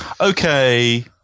Okay